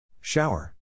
Shower